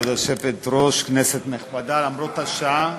כבוד היושבת-ראש, כנסת נכבדה, למרות השעה,